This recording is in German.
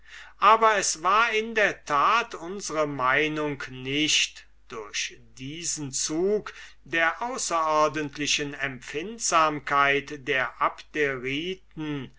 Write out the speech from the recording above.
aber es war in der tat unsre meinung nicht durch diesen zug der außerordentlichen empfindsamkeit der